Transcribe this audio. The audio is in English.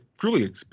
truly